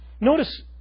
Notice